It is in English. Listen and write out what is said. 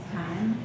time